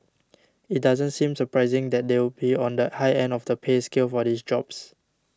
it doesn't seem surprising that they would be on the high end of the pay scale for these jobs